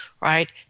right